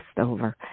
over